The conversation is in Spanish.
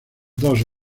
dos